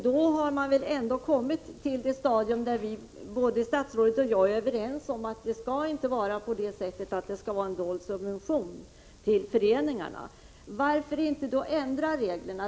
Då har man nått ett stadium där lönebidragen är en dold subvention till föreningarna, och det är väl statsrådet och jag överens om att de inte skall vara. Varför inte ändra reglerna?